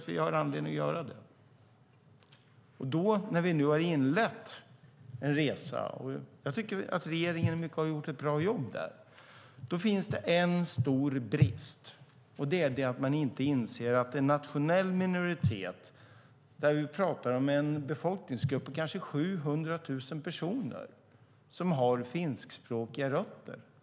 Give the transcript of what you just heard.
När vi nu har inlett en resa - och jag tycker att regeringen i mycket har gjort ett bra jobb där - finns det ändå en stor brist. Detta är en nationell minoritet, där vi talar om en befolkningsgrupp på kanske 700 000 personer som har finskspråkiga rötter.